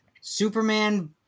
Superman